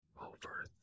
over